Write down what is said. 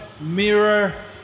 mirror